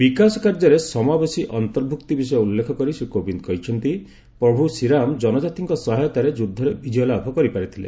ବିକାଶ କାର୍ଯ୍ୟରେ ସମାବେଶୀ ଅନ୍ତର୍ଭୁକ୍ତୀ ବିଷୟ ଉଲ୍ଲେଖ କରି ଶ୍ରୀ କୋବିନ୍ଦ କହିଛନ୍ତି ପ୍ରଭୁ ଶ୍ରୀରାମ ଜନଜାତିଙ୍କ ସହାୟତାରେ ଯୁଦ୍ଧରେ ବିଜୟଲାଭ କରିପାରିଥିଲେ